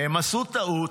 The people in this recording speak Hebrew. הם עשו טעות.